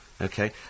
Okay